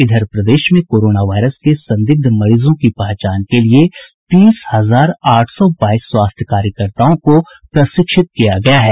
इधर प्रदेश में कोरोना वायरस के संदिग्ध मरीजों की पहचान के लिए तीस हजार आठ सौ बाईस स्वास्थ्य कार्यकर्ताओं को प्रशिक्षित किया गया है